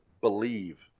Believe